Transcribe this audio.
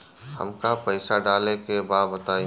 हमका पइसा डाले के बा बताई